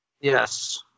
Yes